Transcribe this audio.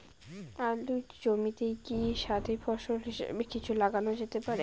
আলুর জমিতে কি সাথি ফসল হিসাবে কিছু লাগানো যেতে পারে?